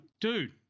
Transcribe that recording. Dude